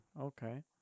Okay